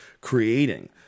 creating